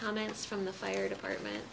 comments from the fire department